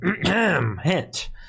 Hint